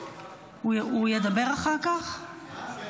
תודה רבה.